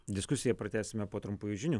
diskusiją pratęsime po trumpųjų žinių